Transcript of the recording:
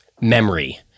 memory